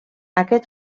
aquest